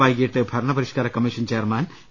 വൈകിട്ട് ഭരണ പരിഷ്കാര കമ്മീഷൻ ചെയർമാൻ വി